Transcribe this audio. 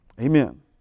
Amen